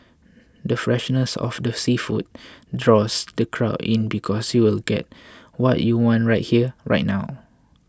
the freshness of the seafood draws the crowd in because you'll get what you want right here right now